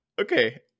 okay